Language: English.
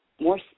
More